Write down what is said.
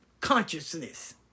consciousness